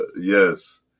Yes